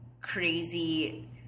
crazy